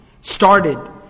started